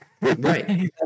Right